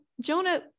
Jonah